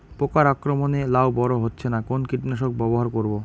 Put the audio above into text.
পোকার আক্রমণ এ লাউ বড় হচ্ছে না কোন কীটনাশক ব্যবহার করব?